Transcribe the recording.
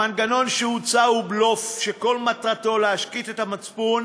המנגנון שהוצע הוא בלוף שכל מטרתו להשקיט את המצפון